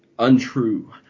Untrue